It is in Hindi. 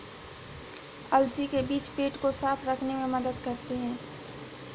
अलसी के बीज पेट को साफ़ रखने में मदद करते है